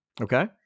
Okay